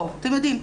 אתם יודעים.